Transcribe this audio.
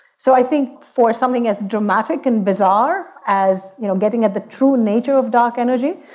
so i think for something as dramatic and bizarre as you know getting at the true nature of dark energy,